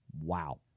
Wow